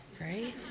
right